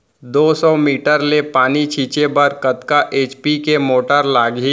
दो सौ मीटर ले पानी छिंचे बर कतका एच.पी के मोटर लागही?